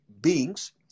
beings